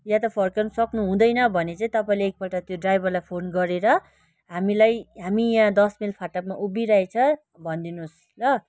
वा त फर्काउन सक्नु हुँदैन भने चाहिँ तपाईँले एक पल्ट त्यो ड्राइभरलाई फोन गरेर हामीलाई हामी यहाँ दस माइल फाटकमा उभिरहेको छ भनिदिनु होस् ल